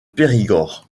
périgord